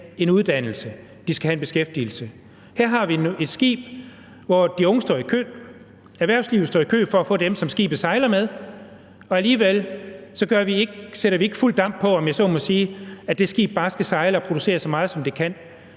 en uddannelse; de skal have en beskæftigelse. Her har vi et skib, hvor de unge står i kø, og erhvervslivet står i kø for at få dem, som skibene sejler med, og alligevel sætter vi ikke fuld damp på, om jeg så må sige, for at det skib skal sejle og producere så meget, som det kan.